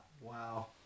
Wow